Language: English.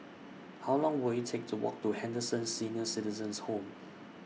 How Long Will IT Take to Walk to Henderson Senior Citizens' Home